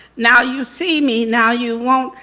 now you see me, now you won't.